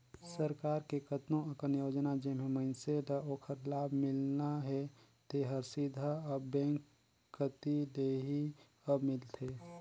सरकार के कतनो अकन योजना जेम्हें मइनसे ल ओखर लाभ मिलना हे तेहर सीधा अब बेंक कति ले ही अब मिलथे